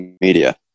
Media